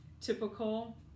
typical